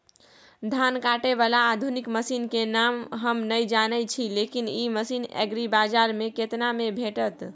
धान काटय बाला आधुनिक मसीन के नाम हम नय जानय छी, लेकिन इ मसीन एग्रीबाजार में केतना में भेटत?